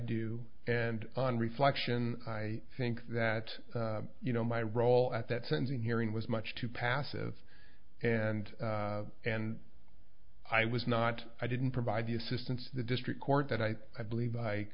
do and on reflection i think that you know my role at that sentencing hearing was much too passive and and i was not i didn't provide the assistance of the district court that i i believe